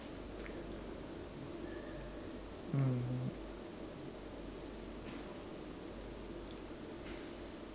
mm